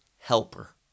helper